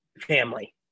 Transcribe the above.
family